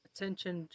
Attention